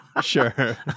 sure